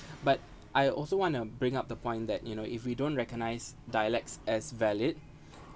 but I also wanna bring up the point that you know if we don't recognise dialects as valid